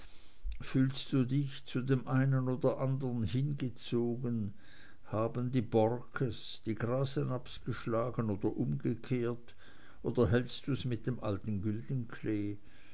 fühlst du dich zu dem einen oder andern hingezogen haben die borckes die grasenabbs geschlagen oder umgekehrt oder hältst du's mit dem alten